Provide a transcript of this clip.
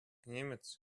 немец